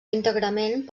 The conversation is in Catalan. íntegrament